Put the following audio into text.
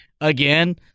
Again